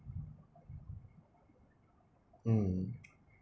mm